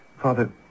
Father